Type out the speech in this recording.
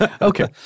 Okay